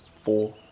four